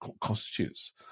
constitutes